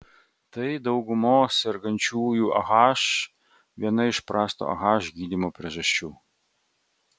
tai daugumos sergančiųjų ah viena iš prasto ah gydymo priežasčių